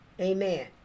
Amen